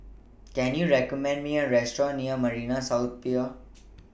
Can YOU recommend Me A Restaurant near Marina South Pier